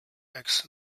eggs